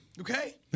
Okay